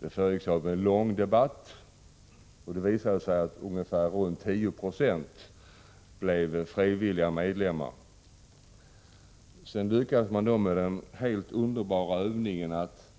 Det föregicks av en lång debatt, och det visade sig att ungefär 10 26 blev medlemmar frivilligt. Sedan lyckades man med den helt underbara bedriften att